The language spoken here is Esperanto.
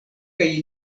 kaj